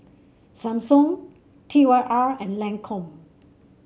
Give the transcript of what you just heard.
Samsung T Y R and Lancome